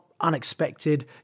unexpected